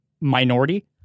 minority